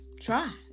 try